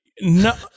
No